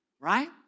Right